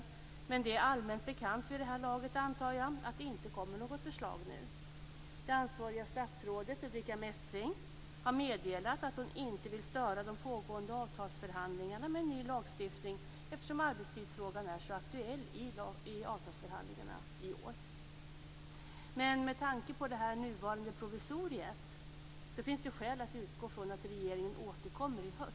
Men jag antar att det är allmänt bekant vid det här laget att det inte kommer något förslag nu. Det ansvariga statsrådet, Ulrica Messing, har meddelat att hon inte vill störa de pågående avtalsförhandlingarna med en ny lagstiftning, eftersom arbetstidsfrågan är så aktuell i avtalsförhandlingarna i år. Men med tanke på det nuvarande provisoriet finns det skäl att utgå ifrån att regeringen återkommer i höst.